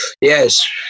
Yes